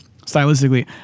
stylistically